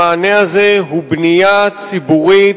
המענה הזה הוא בנייה ציבורית